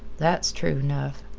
that's true nough.